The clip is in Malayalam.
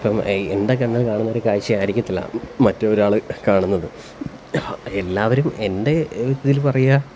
ഇപ്പം എന്റെ കണ്ണ് കാണുന്ന ഒരു കാഴ്ച്ച ആയിരിക്കത്തില്ല മറ്റൊരാള് കാണുന്നത് എല്ലാവരും എന്റെ ഇതില് പറയ